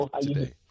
today